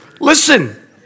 Listen